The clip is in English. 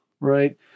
right